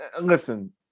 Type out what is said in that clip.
Listen